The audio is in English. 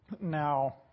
Now